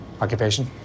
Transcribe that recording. occupation